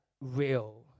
real